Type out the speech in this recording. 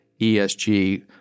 ESG